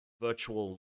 virtual